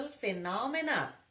phenomena